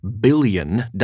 billion